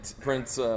Prince